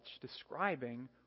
describing